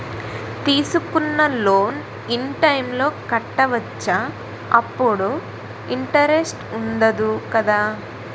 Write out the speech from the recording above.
తీసుకున్న loan in time లో కట్టవచ్చ? అప్పుడు ఇంటరెస్ట్ వుందదు కదా?